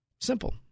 Simple